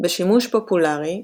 בשימוש פופולרי,